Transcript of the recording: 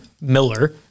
Miller